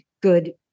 good